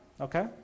Okay